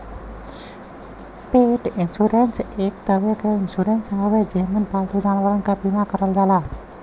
पेट इन्शुरन्स एक तरे क इन्शुरन्स हउवे जेमन पालतू जानवरन क बीमा करल जाला